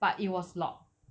but it was locked